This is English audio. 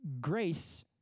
Grace